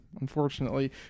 unfortunately